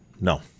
no